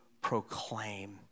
proclaim